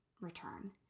return